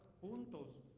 juntos